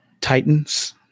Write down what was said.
Titans